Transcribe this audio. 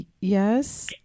Yes